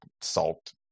salt